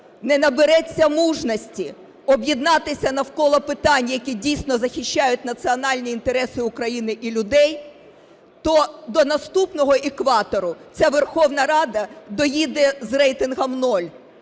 не набереться мужності об'єднатися навколо питань, які дійсно захищають національні інтереси України і людей, то до наступного екватору ця Верховна Рада доїде з рейтингом